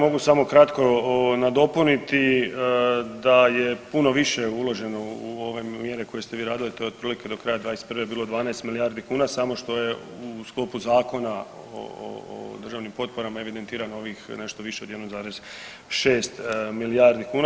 Mogu samo kratko nadopuniti da je puno više uloženo u ove mjere koje ste vi radili, a to je otprilike do kraja '21. bilo 12 milijardi kuna samo što je u sklopu Zakona o državnim potporama evidentirano ovih nešto više od 1,6 milijardi kuna.